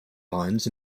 lines